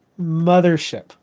mothership